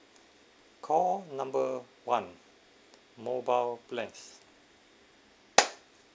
call number one mobile plans